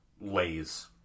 lays